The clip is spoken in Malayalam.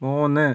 മൂന്ന്